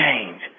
change